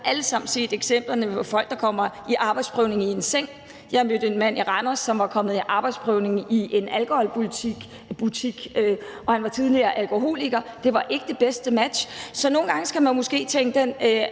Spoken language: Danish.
alle sammen set eksemplerne på folk, der kommer i arbejdsprøvning i en seng. Jeg mødte en mand i Randers, som var kommet i arbejdsprøvning i en butik, der solgte alkohol, og han var tidligere alkoholiker. Det var ikke det bedste match. Så nogle gange skal man måske tænke den